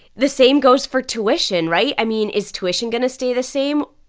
the same goes for tuition, right? i mean, is tuition going to stay the same?